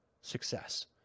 success